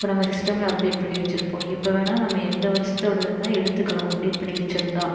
இப்போ நம்ம சிஸ்டம்ல அப்டேட் பண்ணி வச்சிருப்போம் எப்போ வேணுணா நம்ம எந்த வருஷத்தோடது வேணுணா எடுத்துக்கலாம் அப்டேட் பண்ணி வச்சிருந்தால்